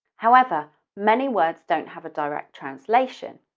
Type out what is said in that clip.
however, many words don't have a direct translation.